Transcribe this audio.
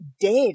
dead